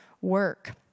work